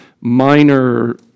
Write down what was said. minor